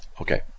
Okay